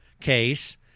case